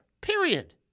Period